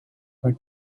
want